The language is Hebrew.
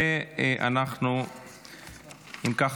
אם כך,